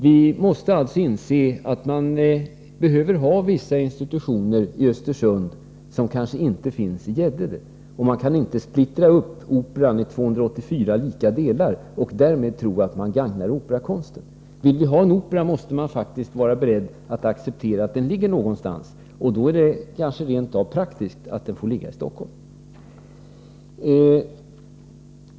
Vi måste alltså inse att man behöver ha vissa institutioner i Östersund som kanske inte finns i Gäddede, och man kan inte splittra upp Operan i 284 lika delar och därmed tro att man gagnar operakonsten. Vill man ha en opera måste man faktiskt vara beredd att acceptera att den ligger någonstans, och då är det kanske rent av riktigt att den får ligga i Stockholm.